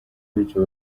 bityo